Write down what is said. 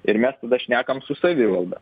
ir mes tada šnekam su savivalda